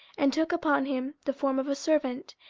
and took upon him the form of a servant,